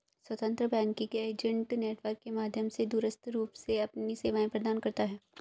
स्वतंत्र banking agent network के माध्यम से दूरस्थ रूप से अपनी सेवाएं प्रदान करता है